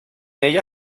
ella